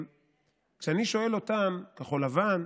כשאני שואל אותם, את כחול לבן,